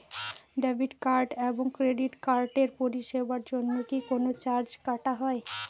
Debit card এবং credit কার্ডের পরিষেবার জন্য কি কোন চার্জ কাটা হয়?